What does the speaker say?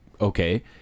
okay